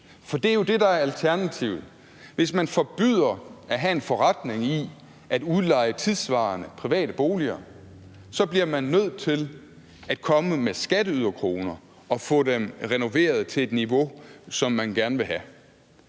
For det er jo det, der er alternativet. Hvis man forbyder at have en forretning i at udleje tidssvarende private boliger, bliver man nødt til at komme med skatteyderkroner og få boligerne renoveret til et niveau, som man gerne vil have.